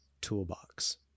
Toolbox